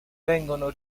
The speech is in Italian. vengono